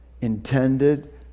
intended